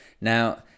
Now